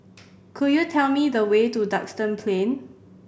could you tell me the way to Duxton Plain